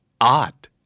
Odd